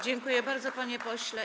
Dziękuję bardzo, panie pośle.